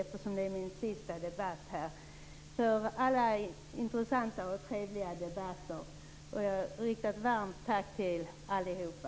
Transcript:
Jag vill tacka för alla intressanta och trevliga debatter. Ett varmt tack riktas till allihopa.